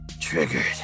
triggered